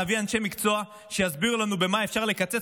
נביא אנשי מקצוע שיסבירו לנו במה אפשר לקצץ,